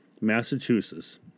Massachusetts